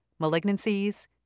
malignancies